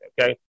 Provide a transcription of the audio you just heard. okay